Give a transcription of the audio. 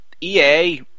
EA